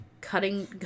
cutting